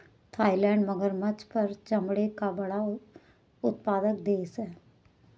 Thailand मगरमच्छ पर चमड़े का बड़ा उत्पादक देश है